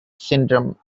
syndrome